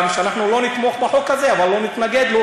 שאנחנו לא נתמוך בחוק הזה אבל לא נתנגד לו,